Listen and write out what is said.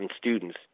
students